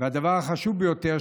והדבר החשוב ביותר,